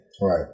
Right